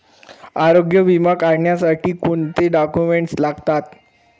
आरोग्य विमा काढण्यासाठी कोणते डॉक्युमेंट्स लागतात?